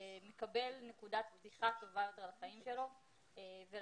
מקבל נקודת פתיחה טובה יותר לחיים שלו ולכן